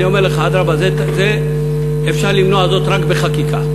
תשאל את חברות